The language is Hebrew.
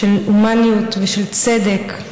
של הומניות ושל צדק,